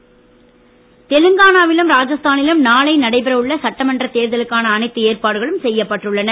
தேர்தல் தெலுங்கானாவிலும்இ ராஜஸ்தானிலும் நாளை நடைபெறவுள்ள சட்டமன்ற தேர்தலுக்கான அனைத்து ஏற்பாடுகளும் செய்யப்பட்டுள்ளன